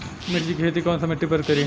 मिर्ची के खेती कौन सा मिट्टी पर करी?